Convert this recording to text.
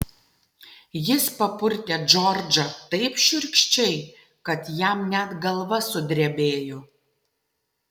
jis papurtė džordžą taip šiurkščiai kad jam net galva sudrebėjo